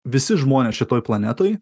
visi žmonės šitoj planetoj